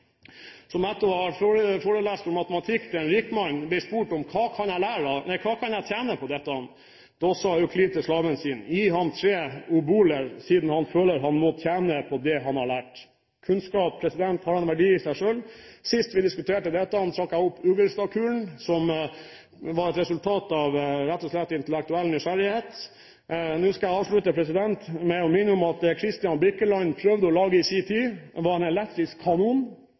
som etter å ha forelest om matematikk til en rikmann ble spurt: Hva kan jeg tjene på dette? Da sa Euklid til slaven sin: «Gi ham tre oboler siden han føler han må tjene på det han lærer.» Kunnskap har en verdi i seg selv. Sist vi diskuterte dette, trakk jeg opp Ugelstad-kulene, som rett og slett var et resultat av intellektuell nysgjerrighet. Nå skal jeg avslutte med å minne om at det Kristian Birkeland prøvde å lage i sin tid, var en elektrisk kanon,